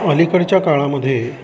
अलीकडच्या काळामध्ये